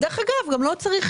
דרך אגב, גם לא צריך